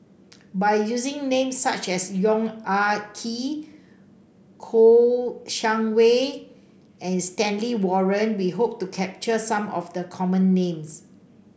by using names such as Yong Ah Kee Kouo Shang Wei and Stanley Warren we hope to capture some of the common names